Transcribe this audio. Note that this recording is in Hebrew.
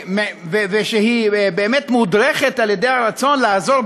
והיא באמת מודרכת על-ידי הרצון לעזור,